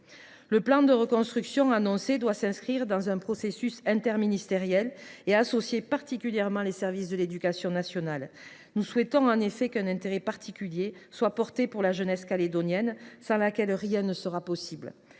Le plan de reconstruction qui a été annoncé doit s’inscrire dans un processus interministériel et associer plus particulièrement les services de l’éducation nationale. Nous souhaitons en effet qu’un intérêt particulier soit porté à la jeunesse néo calédonienne, sans laquelle rien ne sera possible.